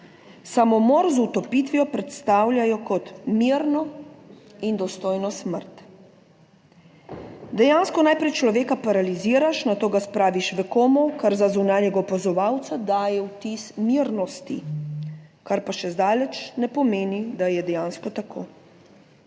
Samomor z utopitvijo predstavljajo kot mirno in dostojno smrt. Dejansko najprej človeka paraliziraš, nato ga spraviš v komo, kar za zunanjega opazovalca daje vtis mirnosti, kar pa še zdaleč ne pomeni, da je dejansko tako.